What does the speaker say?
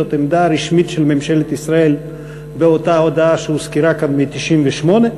זאת העמדה הרשמית של ממשלת ישראל באותה הודעה שהוזכרה כאן מ-1998,